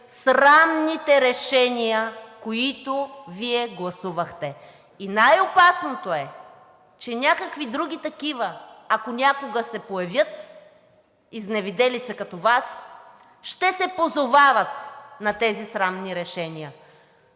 срамните решения, които Вие гласувахте. И най-опасното е, че някакви други такива, ако някога се появят изневиделица като Вас, ще се позовават на тези срамни решения.